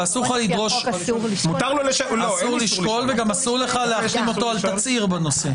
אסור לשקול וגם אסור לך להחתים אותו על תצהיר בנושא.